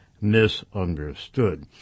misunderstood